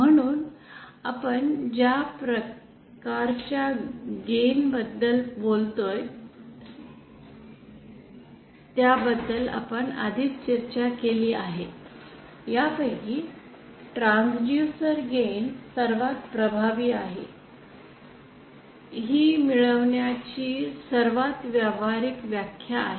म्हणून आपण ज्या प्रकारच्या गेन बद्दल बोलतो त्याबद्दल आपण आधीच चर्चा केली आहे त्यापैकी ट्रांसड्यूसर गेन सर्वात प्रभावी आहे ही मिळवण्याची सर्वात व्यावहारिक व्याख्या आहे